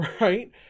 right